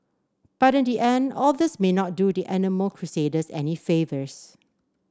but in the end all this may not do the animal crusaders any favours